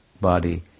body